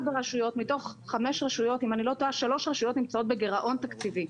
מתוך חמש הרשויות אם אני לא טועה שלוש רשויות נמצאות בגירעון תקציבי.